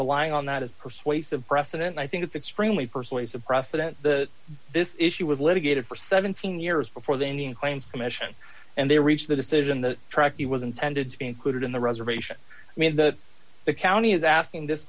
relying on that as persuasive precedent i think it's extremely persuasive precedent the this issue would litigated for seventeen years before the indian claims commission and they reached the decision the tract he was intended to be included in the reservation i mean that the county is asking this